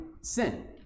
sin